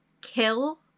kill